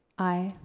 aye.